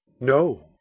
No